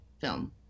film